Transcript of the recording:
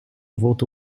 voto